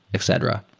etc.